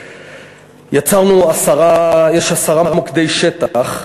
יצרנו, יש עשרה מוקדי שטח,